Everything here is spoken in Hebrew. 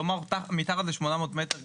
כלומר מתחת ל-800 מטר,